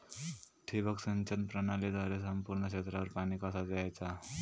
ठिबक सिंचन प्रणालीद्वारे संपूर्ण क्षेत्रावर पाणी कसा दयाचा?